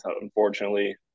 unfortunately